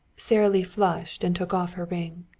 sara lee flushed and took off her ring.